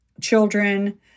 children